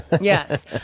Yes